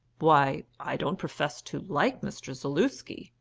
why, i don't profess to like mr. zaluski,